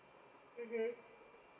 mmhmm